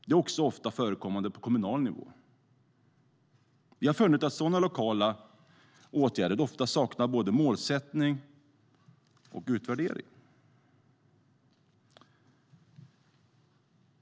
Det förekommer också ofta på kommunal nivå. Vi har funnit att sådan lokala åtgärder många gånger saknar både målsättning och utvärdering.